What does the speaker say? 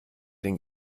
den